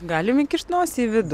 galim įkišt nosį į vidų